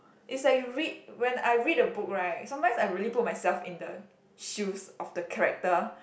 it's like you read when I read a book right sometimes I really put myself in the shoes of the character